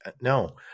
No